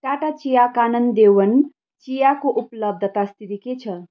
टाटा चिया कानन देवन चियाको उपलब्धता स्थिति के छ